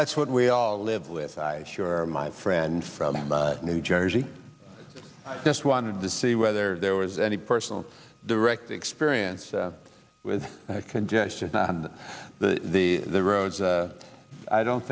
that's what we all live with i sure are my friend from new jersey i just wanted to see whether there was any personal direct experience with congestion on the the the roads i don't